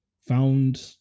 found